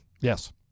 Yes